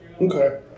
okay